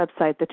website